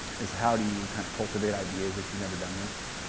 is how do you kind of cultivate ideas if you've never done this?